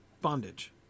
bondage